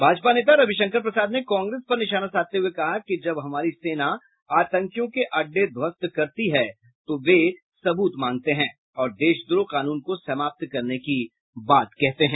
भाजपा नेता रविशंकर प्रसाद ने कांग्रेस पर निशाना साधते हुए कहा कि जब हमारी सेना आतंकियों के अड्डे ध्वस्त करती हैं तो सबूत वे मांगते हैं और देशद्रोह कानून को समाप्त करने की बात कहते हैं